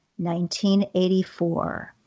1984